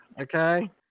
Okay